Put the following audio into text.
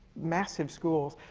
massive schools.